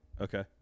Okay